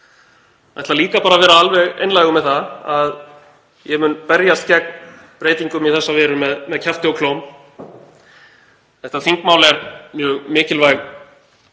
ætla líka að vera alveg einlægur með það að ég mun berjast gegn breytingum í þessa veru með kjafti og klóm. Þetta þingmál er mjög mikilvæg